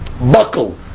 buckle